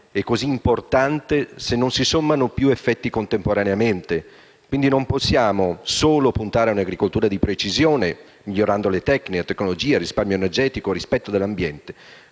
e così importante se non si sommano più effetti contemporaneamente. Pertanto, non possiamo puntare solo sull'agricoltura di precisione, migliorando le tecniche, le tecnologie, il risparmio energetico e il rispetto dell'ambiente,